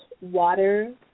water